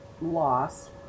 loss